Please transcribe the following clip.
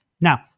now